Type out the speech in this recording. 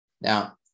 now